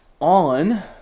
on